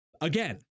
again